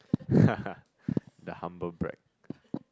the humble brag